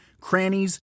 crannies